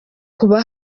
kuba